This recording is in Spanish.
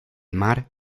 mar